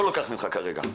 לא לוקח ממך כרגע,